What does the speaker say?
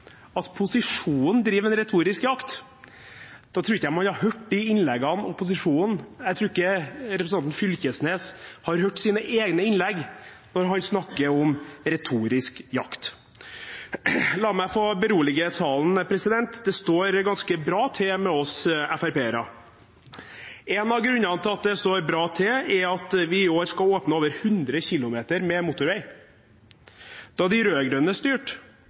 at posisjonen driver en retorisk jakt. Da tror jeg ikke opposisjonen har hørt innleggene. Jeg tror ikke representanten Knag Fylkesnes har hørt sine egne innlegg når han snakker om retorisk jakt. La meg få berolige salen: Det står ganske bra til med oss FrP-ere. En av grunnene til at det står bra til, er at vi i år skal åpne over 100 km med motorvei. Da de rød-grønne styrte,